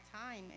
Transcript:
time